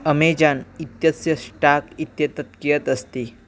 Amazon इत्यस्य stock इत्येतत् कियत् अस्ति